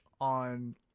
on